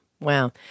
Wow